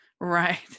Right